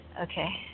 Okay